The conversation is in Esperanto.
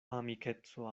amikeco